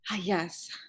Yes